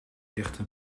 dichter